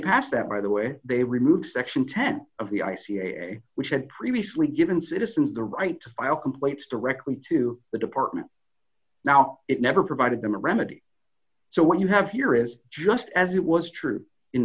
passed that by the way they removed section ten of the i c a which had previously given citizens the right to file complaints directly to the department now it never provided them a remedy so what you have here is just as it was true in